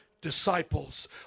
disciples